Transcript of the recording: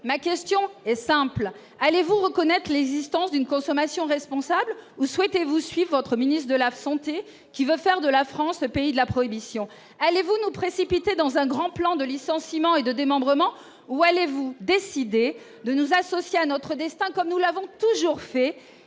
ma question est simple : allez-vous reconnaître les histoires d'une consommation responsable vous souhaitez vous suit votre ministre de La Fontaine, qui veut faire de la France, le pays de la prohibition allez-vous nous précipiter dans un grand plan de licenciements et de démembrement ou allez-, vous décidez de nous associer à notre destin, comme nous l'avons toujours fait